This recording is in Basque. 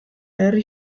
herri